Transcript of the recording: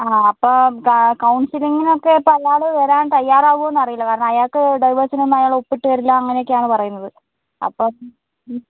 ആ അപ്പോൾ കൗൺസിലിങ്ങിനൊക്കേ ഇപ്പോൾ അയാൾ വരാൻ തയ്യാറാകോന്നറിയില്ല കാരണം അയാൾക്ക് ഡൈവോഴ്സിന് ഒന്നും അയാൾ ഒപ്പിട്ട് തരില്ല അങ്ങനെയൊക്കെയാണ് പറയുന്നത് അപ്പം